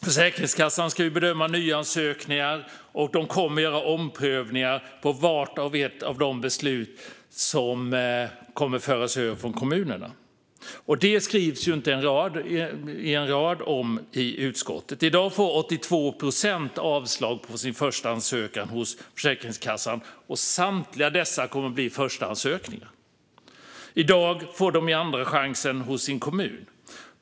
Försäkringskassan ska ju bedöma nyansökningar och kommer att göra omprövningar av vart och ett av de beslut som kommer att föras över från kommunerna. Detta skrivs det inte en rad om i utskottets text. I dag får 82 procent avslag på sin förstaansökan hos Försäkringskassan, och samtliga dessa kommer att bli förstaansökningar. I dag får man en andra chans hos sin kommun.